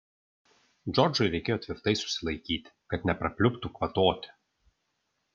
džordžui reikėjo tvirtai susilaikyti kad neprapliuptų kvatoti